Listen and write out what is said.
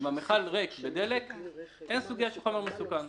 אם מכל הדלק ריק, אין סוגיה של חומר מסוכן.